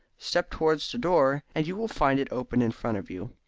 step towards the door, and you will find it open in front of you.